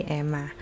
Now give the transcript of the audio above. Emma